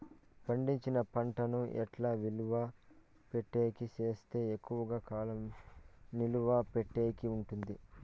పండించిన పంట ను ఎట్లా నిలువ పెట్టేకి సేస్తే ఎక్కువగా కాలం నిలువ పెట్టేకి ఉంటుంది?